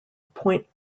point